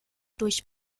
durch